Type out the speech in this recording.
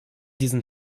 diesen